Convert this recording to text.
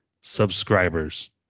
subscribers